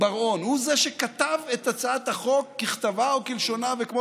הוא שכתב את הצעת החוק ככתבה וכלשונה וכמו